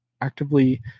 actively